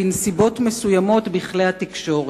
בנסיבות מסוימות בכלי התקשורת.